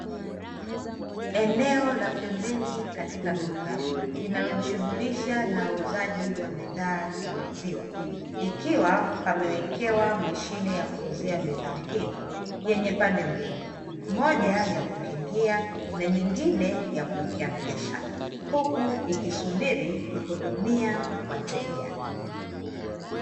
Eneo la pembeni katika duka linalojishughulisha na uuzaji wa bidhaa ya maziwa, ikiwa pamewekewa mashine ya kuuzia bidhaa hiyo yenye pande mbili moja ya kukingia, na nyingine ya kuwekea pesa huku ikisubiri kuhudumia wateja.